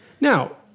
Now